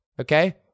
Okay